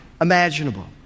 imaginable